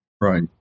right